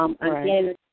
Again